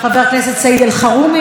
חבר הכנסת סעיד אלחרומי,